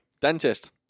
dentist